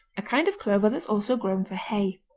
a kind of clover that's also grown for hay.